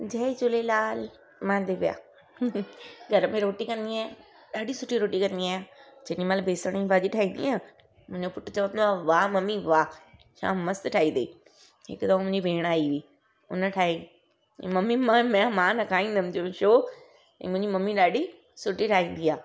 जय झूलेलाल मां दिव्या घर में रोटी कंदी आहियां ॾाढी सुठी रोटी कंदी आहियां जेॾी महिल बेसण जी भाॼी ठाहींदी आहियां मुंहिंजो पुटु चवंदो आहे वाह ममी वाह छा मस्तु ठाही अथई हिकु दफ़ो मुंहिंजी भेणु आई हुई उन ठाही की ममी मां मै मां न खाईंदुमि चयो मां छो ऐं मुंहिंजी ममी ॾाढी सुठी ठाहींदी आहे